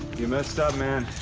you missed up, man.